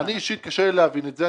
לי אישית קשה להבין את זה,